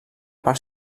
parc